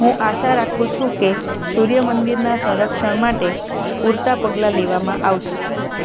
હું આશા રાખું છું કે સૂર્ય મંદિરનાં સંરક્ષણ માટે પૂરતા પગલાં લેવામાં આવશે